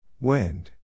Wind